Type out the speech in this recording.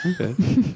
Okay